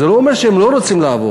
זה לא אומר שהם לא רוצים לעבוד.